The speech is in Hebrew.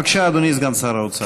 בבקשה, אדוני סגן שר האוצר.